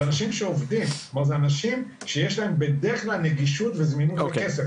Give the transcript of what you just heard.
כלומר יש להם נגישות וזמינות לכסף.